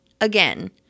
Again